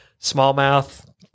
smallmouth